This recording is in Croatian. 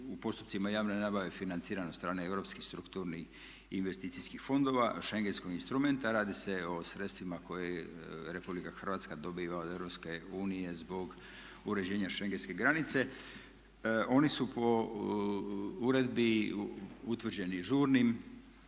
u postupcima javne nabave financiran od strane europskih strukturnih investicijskih fondova schengenskog instrumenta. Radi se o sredstvima koje Republika Hrvatska dobiva od Europske unije zbog uređenja schengenske granice. Oni su po uredbi utvrđeni žurnim.